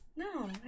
No